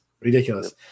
Ridiculous